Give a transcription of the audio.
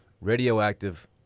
radioactive